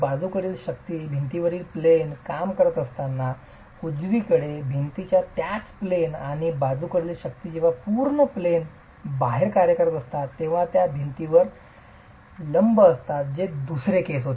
बाजूकडील शक्ती भिंतीवरील प्लेन काम करत असताना उजवीकडे भिंतीच्या त्याच प्लेन आणि बाजूकडील शक्ती जेव्हा पूर्ण प्लेन बाहेर कार्य करत असतात तेव्हा त्या भिंतीवर लंब असतात जे दुसरे केस आहे